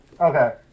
Okay